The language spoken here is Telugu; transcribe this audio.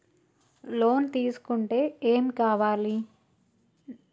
లోన్ తీసుకుంటే ఏం కావాలి?